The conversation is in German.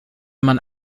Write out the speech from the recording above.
man